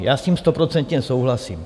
Já s tím stoprocentně souhlasím.